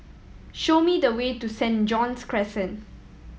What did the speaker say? show me the way to St John's Crescent